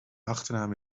achternaam